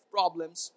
problems